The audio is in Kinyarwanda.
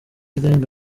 irenga